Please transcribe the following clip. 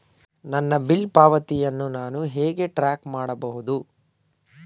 ನನ್ನ ಬಿಲ್ ಪಾವತಿಯನ್ನು ನಾನು ಹೇಗೆ ಟ್ರ್ಯಾಕ್ ಮಾಡಬಹುದು?